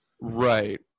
Right